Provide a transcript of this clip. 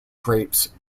grapes